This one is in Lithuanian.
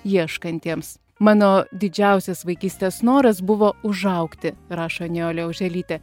ieškantiems mano didžiausias vaikystės noras buvo užaugti rašo nijolė oželytė